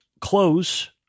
close